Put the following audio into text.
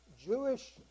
Jewish